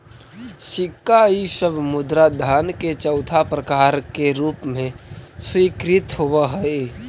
सिक्का इ सब मुद्रा धन के चौथा प्रकार के रूप में स्वीकृत होवऽ हई